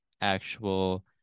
actual